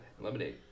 Lemonade